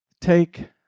take